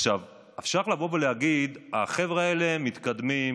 אפשר לבוא ולהגיד: החבר'ה האלה מתקדמים,